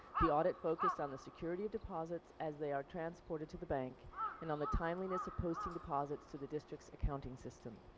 the audit focused on the security of deposits as they are transported to the bank and on the timeliness of posting deposits to the district's accounting system.